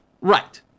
Right